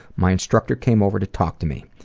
my instructor came over to talk to me,